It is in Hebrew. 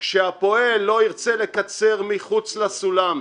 כשהפועל לא ירצה לקצר מחוץ לסולם,